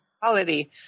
quality